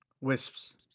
Wisps